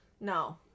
No